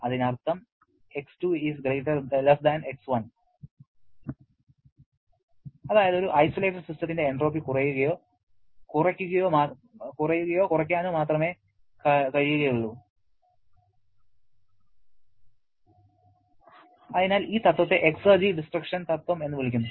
അതിനർത്ഥം X2 X1 അതായത് ഒരു ഐസൊലേറ്റഡ് സിസ്റ്റത്തിന്റെ എൻട്രോപ്പി കുറയുകയോ കുറയ്ക്കാനോ മാത്രമേ കഴിയൂ അതിനാൽ ഈ തത്വത്തെ എക്സെർജി ഡിസ്ട്രക്ഷൻ തത്വം എന്ന് വിളിക്കുന്നു